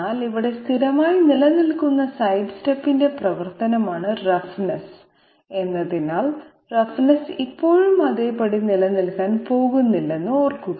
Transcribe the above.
എന്നാൽ ഇവിടെ സ്ഥിരമായി നിലനിൽക്കുന്ന സൈഡ് സ്റ്റെപ്പിന്റെ പ്രവർത്തനമാണ് റഫ്നെസ്സ് എന്നതിനാൽ റഫ്നെസ്സ് ഇപ്പോഴും അതേപടി നിലനിൽക്കാൻ പോകുന്നില്ലെന്ന് ഓർക്കുക